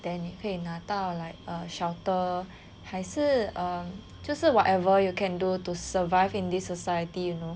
then 你会拿到 like a shelter 还是 err 就是 whatever you can do to survive in this society you know